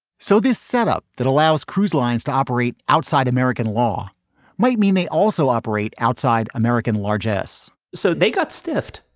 so this setup that allows cruise lines to operate outside american law might mean they also operate outside american largesse so they got stiffed.